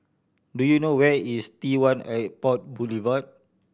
do you know where is T One Airport Boulevard